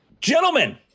Gentlemen